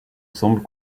ensemble